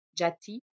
jati